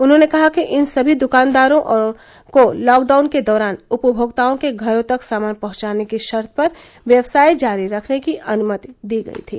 उन्होंने कहा कि इन सभी दुकानदारों को लॉकडाउन के दौरान उपभोक्ताओं के घरों तक सामान पहुंचाने की शर्त पर व्यवसाय जारी रखने की अनुमति दी गयी थी